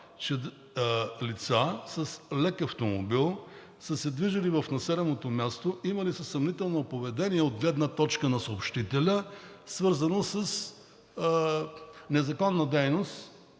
лица с лек автомобил са се движили в населеното място, имали са съмнително поведение от гледна точка на съобщителя, свързано с незаконна дейност